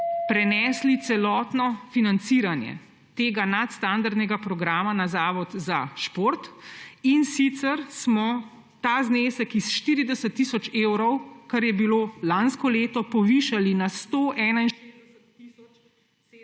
prenesli celotno financiranje tega nadstandardnega programa na Zavod za šport, in sicer smo ta znesek s 40 tisoč evrov, kar je bilo lansko leto, povišali na 161 tisoč